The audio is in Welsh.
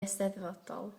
eisteddfodol